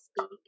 speak